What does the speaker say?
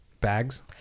Bags